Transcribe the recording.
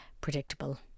predictable